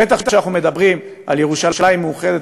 בטח כשאנחנו מדברים על ירושלים מאוחדת,